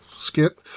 skit